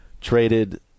traded